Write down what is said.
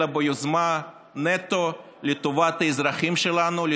אלא נטו ביוזמה לטובת האזרחים שלנו,